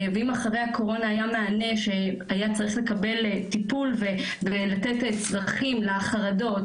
ואם אחרי הקורונה היה מענה שהיה צריך לקבל טיפול ולתת צרכים לחרדות,